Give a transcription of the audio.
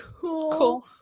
cool